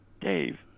Dave